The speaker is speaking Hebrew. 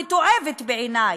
המתועבת בעיני,